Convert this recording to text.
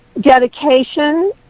dedication